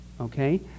okay